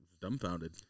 dumbfounded